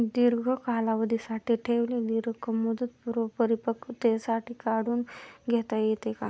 दीर्घ कालावधीसाठी ठेवलेली रक्कम मुदतपूर्व परिपक्वतेआधी काढून घेता येते का?